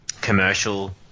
commercial